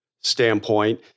standpoint